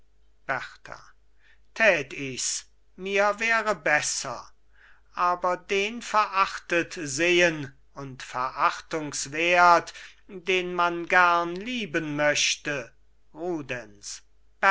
berta tät ich's mir wäre besser aber den verachtet sehen und verachtungswert den man gern lieben möchte